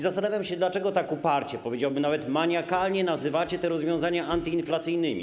Zastanawiam się, dlaczego tak uparcie, powiedziałbym, że wręcz maniakalnie, nazywacie te rozwiązania antyinflacyjnymi.